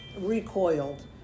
recoiled